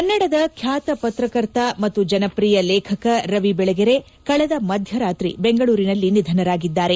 ಕನ್ನಡದ ಖ್ಯಾತ ಪತ್ರಕರ್ತ ಮತ್ತು ಜನಪ್ರಿಯ ಲೇಖಕ ರವಿಬೆಳಗೆರೆ ಕಳೆದ ಮಧ್ಯರಾತ್ರಿ ಬೆಂಗಳೂರಿನಲ್ಲಿ ನಿಧನರಾಗಿದ್ದಾರೆ